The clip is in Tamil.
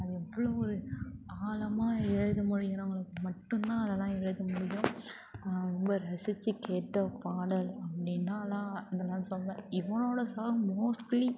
அது எவ்வளோ ஒரு ஆழமா எழுத முடிகிறவங்களுக்கு மட்டுந்தான் அதெல்லாம் எழுத முடியும் ரொம்ப ரசித்து கேட்ட பாடல் அப்படினாலாம் இதை நான் சொல்வேன் யுவனோட சாங் மோஸ்ட்லி